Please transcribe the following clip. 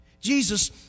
Jesus